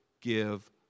give